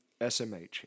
SMH